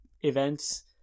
events